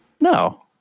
No